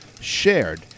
shared